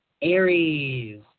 Aries